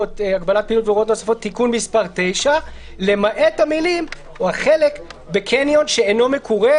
עמימות לגביה בתיקון מס' 9. אנו סבורים,